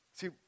See